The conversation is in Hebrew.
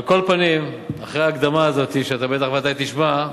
על כל פנים, אחרי ההקדמה הזאת, שאתה ודאי תשמע,